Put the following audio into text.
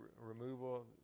removal